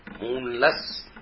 moonless